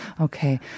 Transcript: Okay